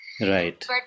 Right